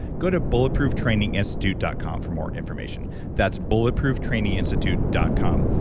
go to bulletprooftraininginsitute dot com for more information that's bulletprooftraininginsitute dot com.